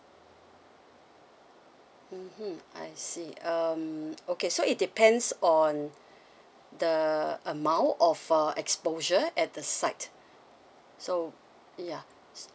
mmhmm I see um okay so it depends on the amount of uh exposure at the site so ya